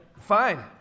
Fine